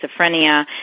schizophrenia